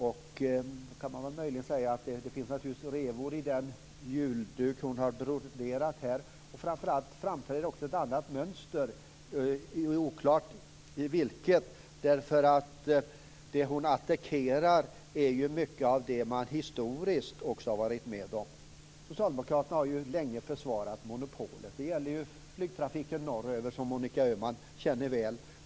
Då kan man möjligen säga att det naturligtvis finns revor i den julduk hon har broderat här. Framför allt framträder också ett annat mönster, oklart vilket. Det hon attackerar är ju mycket av det man historiskt faktiskt har varit med om. Socialdemokraterna har ju länge försvarat monopolet. Det gäller flygtrafiken norröver, som Monica Öhman väl känner till.